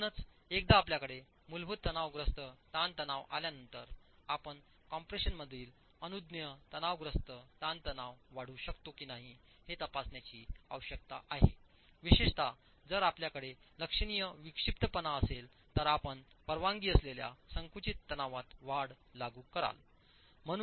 म्हणूनच एकदा आपल्याकडे मूलभूत तणावग्रस्त ताणतणाव आल्यानंतर आपण कम्प्रेशनमधील अनुज्ञेय तणावग्रस्त ताणतणाव वाढवू शकतो की नाही हे तपासण्याची आवश्यकता आहे विशेषतः जर आपल्याकडे लक्षणीय विक्षिप्तपणा असेल तर आपण परवानगी असलेल्या संकुचित तणावात वाढ लागू कराल